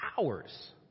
hours